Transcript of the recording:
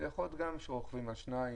זה יכול להיות גם כאלה שרוכבים על שניים,